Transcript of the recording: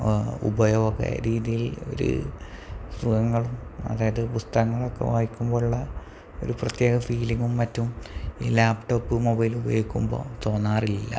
ഉപയോഗരീതിയിൽ ഒരു സുഖങ്ങളും അതായത് പുസ്തകങ്ങളൊക്കെ വായിക്കുമ്പോഴുള്ള ഒരു പ്രത്യേക ഫീലിങ്ങും മറ്റും ഈ ലാപ്പ് ടോപ്പും മൊബൈലും ഉപയോഗിക്കുമ്പോള് തോന്നാറില്ല